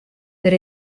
der